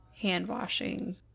hand-washing